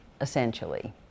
essentially